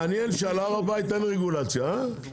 מעניין שעל הר הבית אין רגולציה, אה?